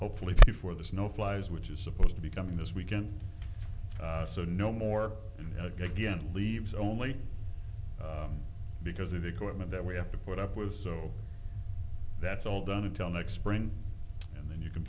hopefully before the snow flies which is supposed to be coming this weekend so no more again leaves only because of the equipment that we have to put up with so that's all done until next spring and then you can